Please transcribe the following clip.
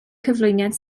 cyflwyniad